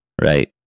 Right